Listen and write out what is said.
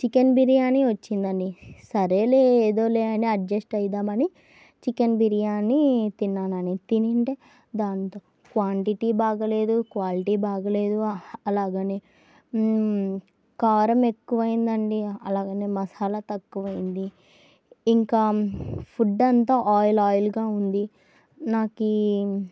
chicken biryani వచ్చిందండి సరేలే ఏదో లే అని అడ్జస్ట్ అవుదామని చికెన్ బిర్యానీ తిన్నానండి తింటే దాంట్లో క్వాంటిటీ బాగాలేదు క్వాలిటీ బాగాలేదు అలాగే కారం ఎక్కువయ్యిందండి అలాగే మసాలా తక్కువైంది ఇంకా ఫుడ్ అంతా ఆయిల్ ఆయిల్గా ఉంది నాకు